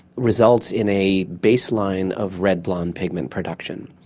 results in a baseline of red blonde pigment production.